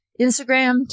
Instagram